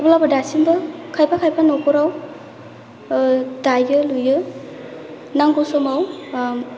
अब्लाबो दासिमबो खायफा खायफा न'खराव दायो लुयो नांगौ समाव